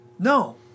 No